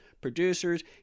producers